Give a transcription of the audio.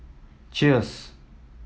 cheers